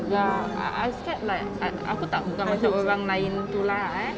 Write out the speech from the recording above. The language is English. ya I I scared like aku tak bukan aku takut orang lain tolak eh